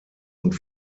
und